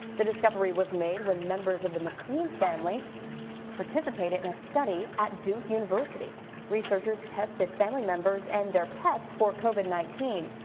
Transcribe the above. the discovery was made when members of the mclean family participated in a study at duke university researchers tested family members and their pets for covid nineteen.